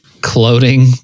clothing